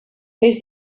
peix